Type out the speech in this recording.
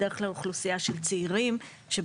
זה בדרך כלל אוכלוסייה של צעירים שבאים